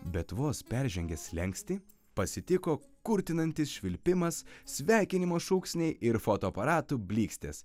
bet vos peržengė slenkstį pasitiko kurtinantis švilpimas sveikinimo šūksniai ir fotoaparatų blykstės